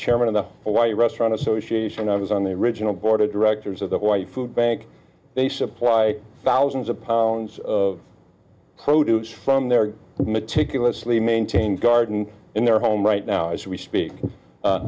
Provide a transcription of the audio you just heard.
chairman of the y restaurant association i was on the original board of directors of the white food bank they supply thousands of pounds of produce from their meticulously maintained garden in their home right now as we speak